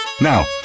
Now